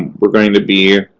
we're going to be.